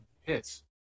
hits